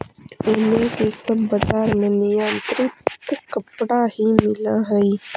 एने के सब बजार में निर्यातित कपड़ा ही मिल हई